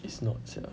it's not sia